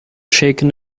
shaken